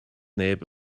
neb